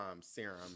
serum